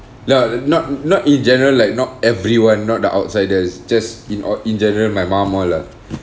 no not not in general like not everyone not the outsiders just in or in general my mom all ah